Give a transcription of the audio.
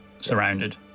surrounded